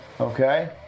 Okay